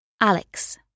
Alex